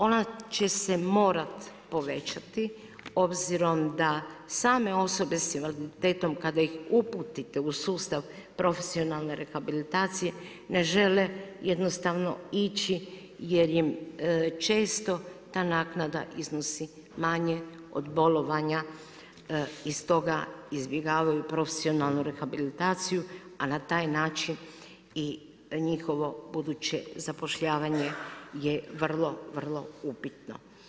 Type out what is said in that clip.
Ona će se morati povećati obzirom da same osobe s invaliditetom kada ih uputite u sustav profesionalne rehabilitacije ne žele jednostavno ići jer često ta naknada iznosi manje od bolovanja i stoga izbjegavaju profesionalnu rehabilitaciju, a na taj način i njihovo buduće zapošljavanje je vrlo, vrlo upitno.